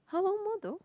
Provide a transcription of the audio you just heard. how long more though